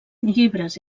llibres